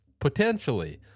potentially